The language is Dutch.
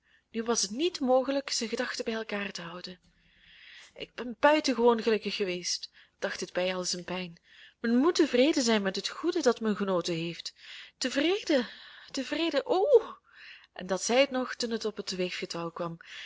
nu was het niet mogelijk zijn gedachten bij elkaar te houden ik ben buitengewoon gelukkig geweest dacht het bij al zijn pijn men moet tevreden zijn met het goede dat men genoten heeft tevreden tevreden o en dat zei het nog toen het op het weefgetouw kwam